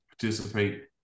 participate